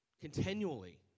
continually